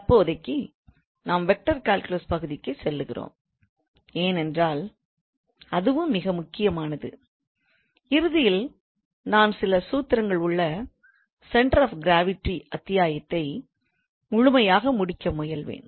தற்போதைக்கு நாம் vector calculus பகுதிக்குச் செல்கிறோம் ஏனென்றால் அதுவும் மிக முக்கியமானது இறுதியில் நான் சில சூத்திரங்கள் உள்ள சென்டர் ஆஃப் கிராவிட்டி அத்தியாயத்தை முழுமையாக முடிக்க முயல்வேன்